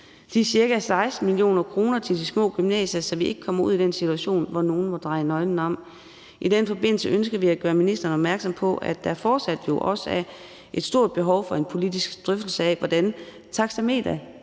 de ca. 16 mio. kr. til de små gymnasier, så vi ikke kommer ud i den situation, hvor nogle må dreje nøglen om. I den forbindelse ønsker vi at gøre ministeren opmærksom på, at der fortsat jo også er et stort behov for en politisk drøftelse af, hvordan